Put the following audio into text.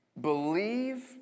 Believe